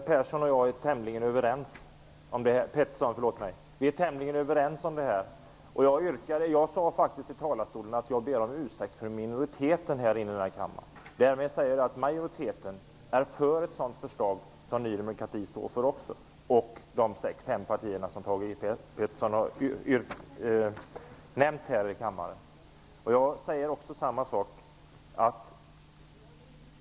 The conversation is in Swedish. Herr talman! Thage G Peterson och jag är tämligen överens om detta. Jag sade faktiskt i talarstolen att jag bad om ursäkt för minoriteten. Därmed sade jag att majoriteten är för det förslag som Ny demokrati står för, liksom de övriga fyra partier som Tage G Peterson nämnde här.